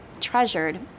treasured